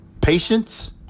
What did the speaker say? Patience